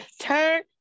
Turn